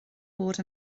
bod